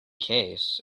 case